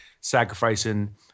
sacrificing